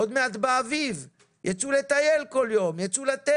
עוד מעט יבוא האביב, יצאו כל יום לטייל.